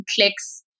clicks